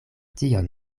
tion